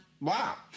Wow